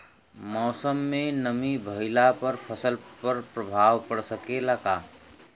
मौसम में नमी भइला पर फसल पर प्रभाव पड़ सकेला का?